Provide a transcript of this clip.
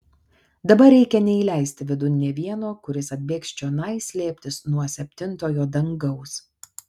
dabar reikia neįleisti vidun nė vieno kuris atbėgs čionai slėptis nuo septintojo dangaus